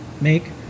make